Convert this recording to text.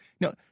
No